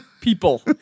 People